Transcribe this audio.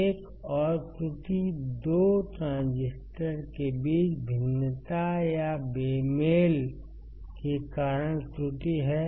एक और त्रुटि 2 ट्रांजिस्टर के बीच भिन्नता या बेमेल के कारण त्रुटि है